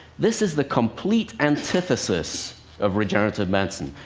this is the complete antithesis of regenerative medicine.